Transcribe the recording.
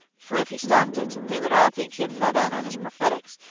fur, if he stopped it, they would all think he had fell down on his prophetics,